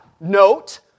Note